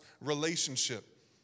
relationship